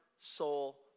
soul